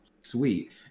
Sweet